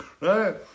right